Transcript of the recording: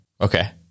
Okay